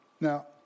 Now